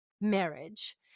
marriage